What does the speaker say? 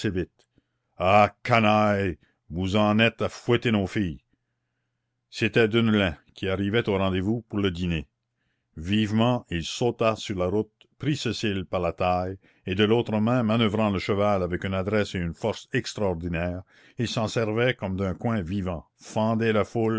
vous en êtes à fouetter nos filles c'était deneulin qui arrivait au rendez-vous pour le dîner vivement il sauta sur la route prit cécile par la taille et de l'autre main manoeuvrant le cheval avec une adresse et une force extraordinaires il s'en servait comme d'un coin vivant